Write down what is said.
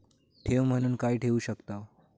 ठेव म्हणून काय ठेवू शकताव?